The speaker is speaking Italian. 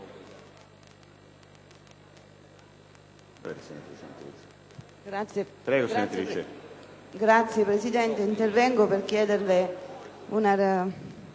Signor Presidente, intervengo per chiederle una